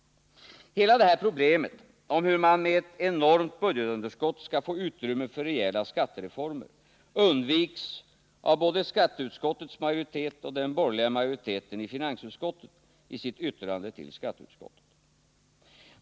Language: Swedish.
Hela det här problemet om hur man med ett enormt budgetunderskott skall få utrymme för rejäla skattereformer undviks av både skatteutskottets majoritet och av den borgerliga majoriteten i finansutskottet i sitt yttrande till skatteutskottet.